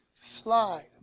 slide